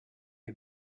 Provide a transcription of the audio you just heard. est